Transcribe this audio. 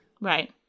Right